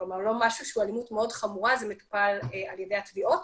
לא משהו שהוא אלימות מאוד חמורה מטופל על ידי התביעות.